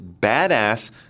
badass